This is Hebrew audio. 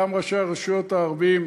גם ראשי הרשויות הערבים,